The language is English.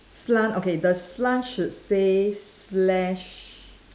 slant okay the slant should say slash